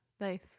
Nice